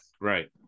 Right